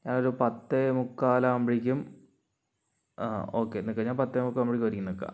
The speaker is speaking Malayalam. ഞാനൊരു പത്തേ മുക്കാല് ആവുമ്പഴേക്കും ആ ഓക്കെ നിക്ക ഞാൻ പത്തേ മുക്കാലാവുമ്പോഴേക്ക് ഒരുങ്ങി നിക്കാം